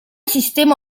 sistema